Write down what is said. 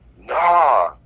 Nah